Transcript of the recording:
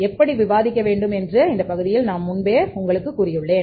எப்படி விவாதிக்க வேண்டும் என்று இந்த பகுதியில் நான் முன்பே உங்களுக்கு கூறியுள்ளேன்